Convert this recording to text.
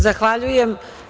Zahvaljujem.